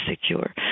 secure